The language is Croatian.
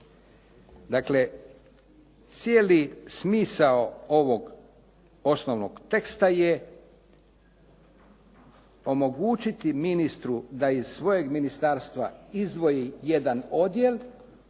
Dakle, cijeli smisao ovog osnovnog teksta je omogućiti ministru da iz svojeg ministarstva izdvoji jedan odjel